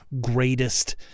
greatest